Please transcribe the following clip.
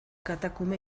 katakume